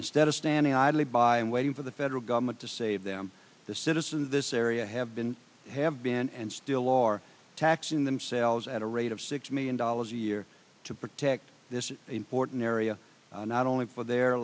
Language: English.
instead of standing idly by and waiting for the federal government to save them the citizens of this area have been have been and still are taxing themselves at a rate of six million dollars a year to protect this important area not only for their